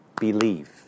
Believe